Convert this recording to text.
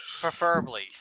Preferably